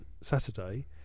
Saturday